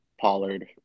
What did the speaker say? Pollard